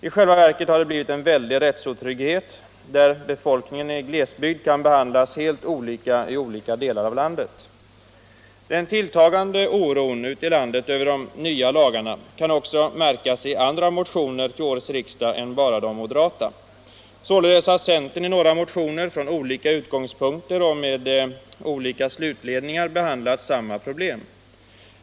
I själva verket har det blivit en väldig rättsotrygghet genom att befolkningen i glesbygd kan behandlas helt olika i olika delar av landet. in Den tilltagande oron ute i landet över de nya lagarna kan också märkas i andra motioner till årets riksdag än bara de moderata. Således har centern i några motioner från olika utgångspunkter och med olika slutledningar behandlat samma problem.